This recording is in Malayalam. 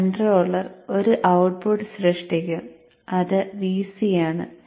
കൺട്രോളർ ഒരു ഔട്ട്പുട്ട് സൃഷ്ടിക്കും അത് Vc ആണ്